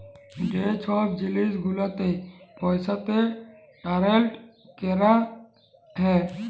যে ছব জিলিস গুলালকে পইসাতে টারেল ক্যরা হ্যয়